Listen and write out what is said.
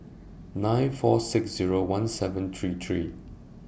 nine four six Zero one seven three three